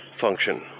function